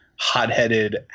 hot-headed